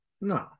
No